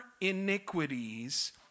iniquities